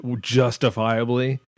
justifiably